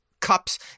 cups